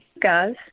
guys